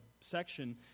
section